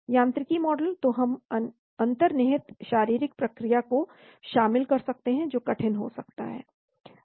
यांत्रिकी मॉडल तो हम अंतर्निहित शारीरिक प्रक्रिया को शामिल कर सकते हैं जो कठिन हो सकता है